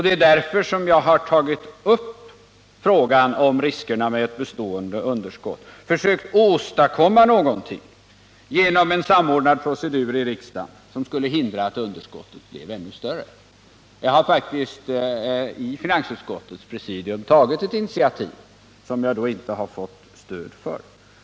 Det är också därför jag har tagit upp frågan om dessa risker och försökt göra någonting åt det genom en samordnad procedur i riksdagen, som skulle hindra att underskottet blev ännu större. Jag har alltså tagit ett initiativ i finansutskottets presidium, men detta har jag inte fått stöd för.